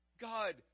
God